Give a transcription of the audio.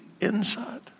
inside